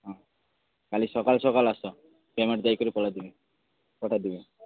ହଁ କାଲି ସକାଳୁ ସକାଳୁ ଆସ ପେମେଣ୍ଟ୍ ଦେଇକରି ପଳେଇ ଦେମି ପଠାଇଦେମି